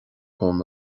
dom